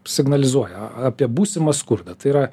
signalizuoja apie būsimą skurdą tai yra